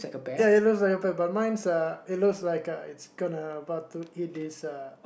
ya it's like a pig but mine uh looks like uh it's gonna about to eat this uh